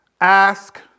ask